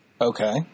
Okay